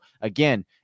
again